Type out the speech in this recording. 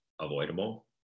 avoidable